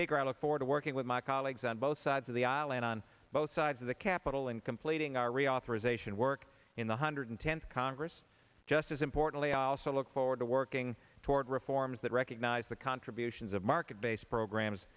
speaker i look forward to working with my colleagues on both sides of the aisle and on both sides of the capitol and completing our reauthorization work in the hundred tenth congress just as importantly i also look forward to working toward reforms that recognize the contributions of market based programs